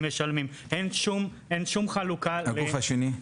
הם משלמים ואין שום חלוקה -- הגוף השני?